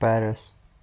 Paris